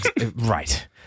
Right